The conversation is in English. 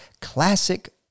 classic